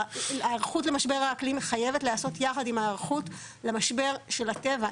ההיערכות למשבר האקלים מחייבת לעשות יחד עם ההיערכות למשבר של הטבע,